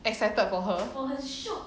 excited for her